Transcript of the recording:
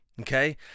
Okay